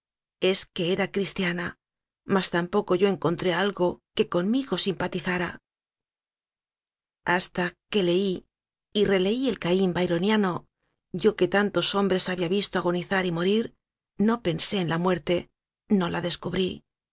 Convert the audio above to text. es que era cristiana mas tampoco yo encontré algo que conmigo simpatizara hasta que leí y releí el caín byroniano yo que tantos hombres había visto agonizar y morir no pensé en la muerte no la descubrí